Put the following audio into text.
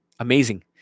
Amazing